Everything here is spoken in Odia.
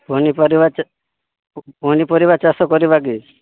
ପନିପରିବା ଚା ପନିପରିବା ଚାଷ କରିବା କି